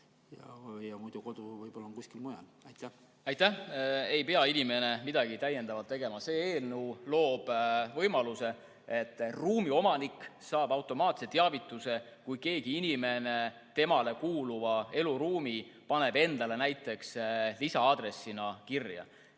aga muidu kodu võib olla kuskil mujal. Aitäh!